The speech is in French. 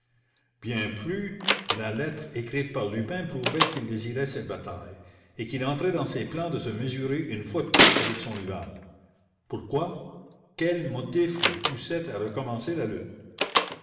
bien plus la lettre écrite par lupin prouvait qu'il désirait cette bataille et qu'il entrait dans ses plans de se mesurer une fois de plus avec son rival pourquoi quel motif le poussait à recommencer la lutte